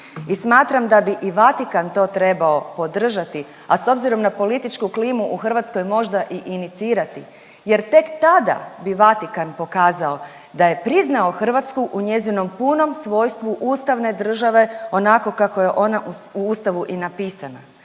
smatram da bi i Vatikan to trebao podržati, a s obzirom na političku klimu u Hrvatskoj, možda i inicirati jer tek tada bi Vatikan pokazao da je priznao Hrvatsku u njezino punom svojstvu ustavne države, onako kako je ona u Ustavu i napisana,